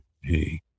hey